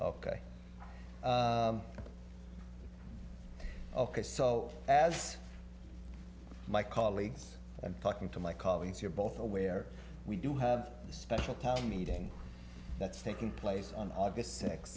ok ok so as my colleagues i'm talking to my colleagues you're both aware we do have a special town meeting that's taking place on august six